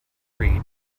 creed